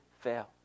fail